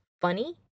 funny